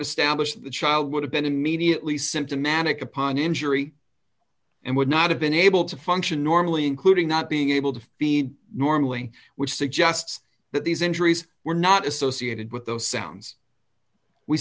established the child would have been immediately symptomatic upon injury and would not have been able to function normally including not being able to feed normally which suggests that these injuries were not associated with those sounds we